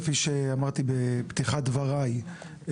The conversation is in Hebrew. כפי שאמרתי בפתיחת דבריי,